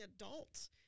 adults